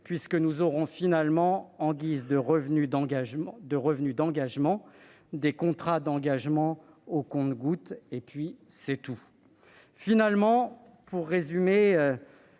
puisque nous aurons finalement, en guise de revenu d'engagement, des contrats d'engagement au compte-gouttes, et puis c'est tout. Finalement, pour résumer,